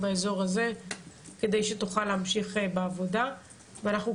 כדי שתוכלו להמשיך בעבודה ואנחנו,